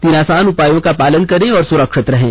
तीन आसान उपायों का पालन करें और सुरक्षित रहें